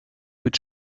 mit